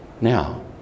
Now